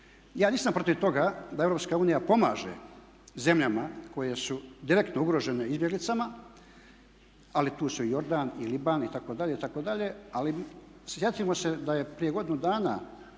Ja nisam protiv toga da EU pomaže zemljama koje su direktno ugrožene izbjeglicama, ali tu su i Jordan i …/Govornik se ne razumije./… itd. itd. Ali sjetimo se da je prije godinu dana